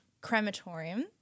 crematorium